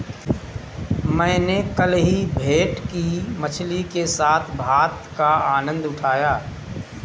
मैंने कल ही भेटकी मछली के साथ भात का आनंद उठाया